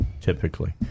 typically